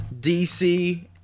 DC